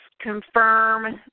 confirm